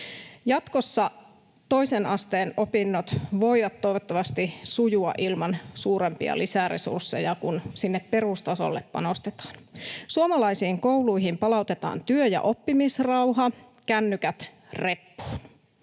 Jatkossa toisen asteen opinnot voivat toivottavasti sujua ilman suurempia lisäresursseja, kun sinne perustasolle panostetaan. Suomalaisiin kouluihin palautetaan työ- ja oppimisrauha: kännykät reppuun.